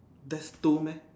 that's two meh